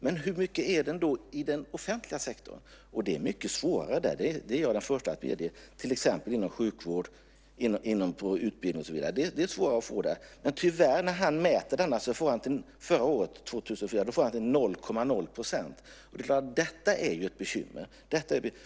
Men hur mycket är den då i den offentliga sektorn? Det är mycket svårare att mäta den, det är jag den första att medge, till exempel inom sjukvård och utbildning. Men, tyvärr, när han mäter den för förra året får han den till 0,0 %. Detta är ett bekymmer.